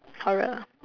horror